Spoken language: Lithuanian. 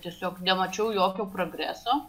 tiesiog nemačiau jokio progreso